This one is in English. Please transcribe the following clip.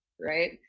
right